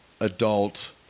adult